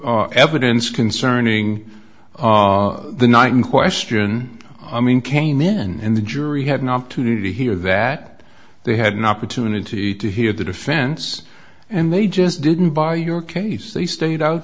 your evidence concerning the nine question i mean came in and the jury had an opportunity here that they had an opportunity to hear the defense and they just didn't buy your case they stayed out